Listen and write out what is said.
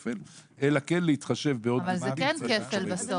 אלא כדי להתחשב --- אבל זה כן כפל בסוף.